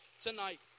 tonight